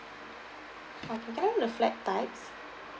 uh can I know the flat types